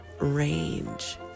range